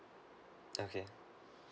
okay